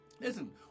Listen